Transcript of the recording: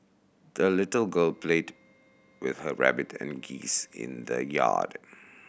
the little girl played with her rabbit and geese in the yard